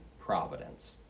providence